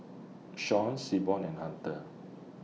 Shawn Seaborn and Hunter